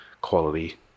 quality